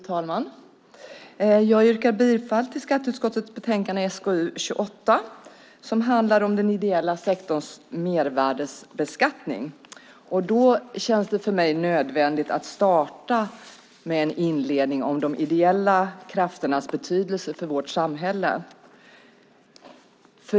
Fru talman! Jag yrkar bifall till förslaget i skatteutskottets betänkande SkU28 som handlar om den ideella sektorns mervärdesbeskattning. Då känns det för mig nödvändigt att starta med en inledning om de ideella krafternas betydelse för vårt samhälle.